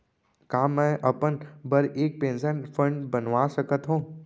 का मैं अपन बर एक पेंशन फण्ड बनवा सकत हो?